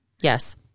Yes